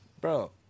Bro